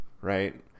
right